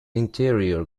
interior